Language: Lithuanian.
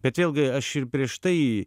bet vėlgi aš ir prieš tai